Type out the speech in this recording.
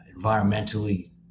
environmentally